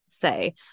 say